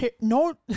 no